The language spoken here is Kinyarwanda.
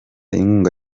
inkunga